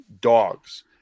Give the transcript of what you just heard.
dogs